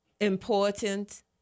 important